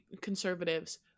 conservatives